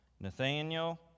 Nathaniel